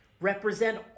represent